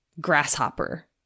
grasshopper